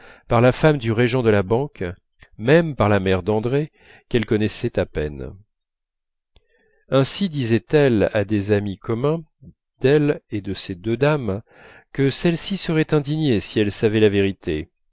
par la femme du régent de la banque même par la mère d'andrée qu'elles connaissaient à peine aussi disaient-elles à des amis communs d'elles et de ces deux dames que celles-ci seraient indignées si elles savaient la vérité